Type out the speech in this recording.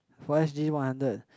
for s_g one hundred